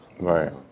Right